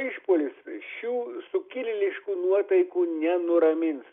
išpuolis šių sukilėliškų nuotaikų nenuramins